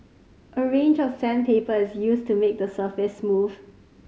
a range of sandpaper is used to make the surface smooth